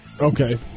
Okay